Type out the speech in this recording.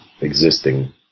existing